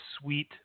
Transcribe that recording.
sweet